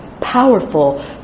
powerful